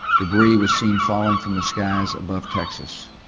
debris was seen falling from the skies above texas.